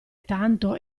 tanto